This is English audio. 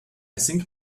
think